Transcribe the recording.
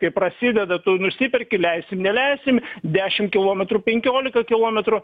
kai prasideda tu nusiperki leisim neleisim dešim kilometrų penkiolika kilometrų